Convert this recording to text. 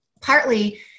Partly